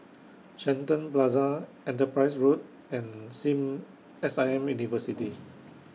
Shenton Plaza Enterprise Road and SIM S I M University